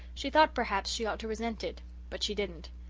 she thought perhaps she ought to resent it but she didn't.